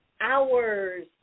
hours